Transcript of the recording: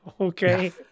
Okay